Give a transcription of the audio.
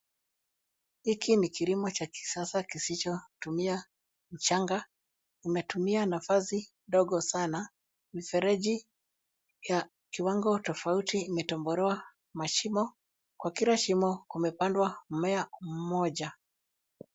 Hiki ni kilimo cha kisasa kisichotumia mchanga. Umetumia nafasi ndogo sana. Mifereji ya kiwango tofauti imetobolewa mashimo. Kwa kila shimo, imepandwa mmea mmoja.